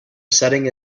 setting